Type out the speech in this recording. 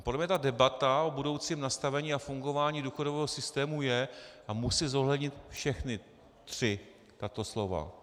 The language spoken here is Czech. Podle mě ta debata o budoucím nastavení a fungování důchodového systému je a musí zohlednit všechna tato tři slova.